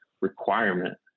requirement